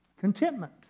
Contentment